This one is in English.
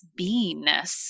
beingness